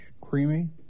creamy